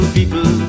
people